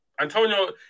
Antonio